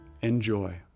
enjoy